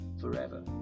forever